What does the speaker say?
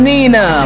Nina